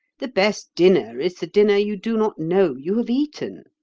the best dinner is the dinner you do not know you have eaten.